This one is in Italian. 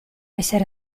essere